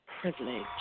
privilege